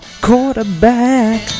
quarterback